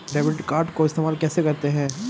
Debit card को इस्तेमाल कैसे करते हैं?